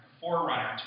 forerunner